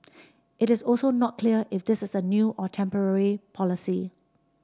it is also not clear if this is a new or temporary policy